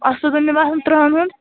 اصٕل گژھِ مےٚ باسان ترٕٛہن ہُنٛد